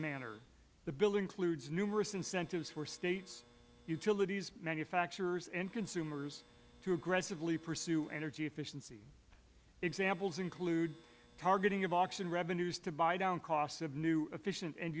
manner the bill includes numerous incentives for states utilities manufacturers and consumers to aggressively pursue energy efficiency examples include targeting of auction revenues to buy down costs of new efficient